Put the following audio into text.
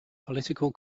political